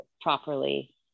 properly